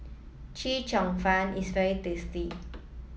Chee Cheong Fun is very tasty